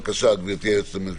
בבקשה, גברתי היועצת המשפטית.